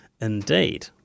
indeed